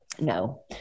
No